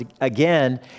again